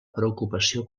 preocupació